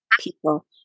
people